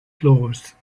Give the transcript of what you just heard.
clause